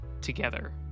together